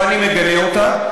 ואני מגנה אותה.